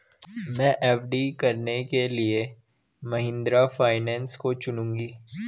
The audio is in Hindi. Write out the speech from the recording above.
मैं एफ.डी कराने के लिए महिंद्रा फाइनेंस को चुनूंगी